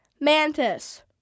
Mantis